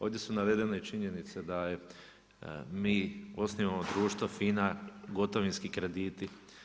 Ovdje su navedene i činjenice da mi osnivamo društvo FINA gotovinski krediti.